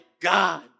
God